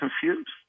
confused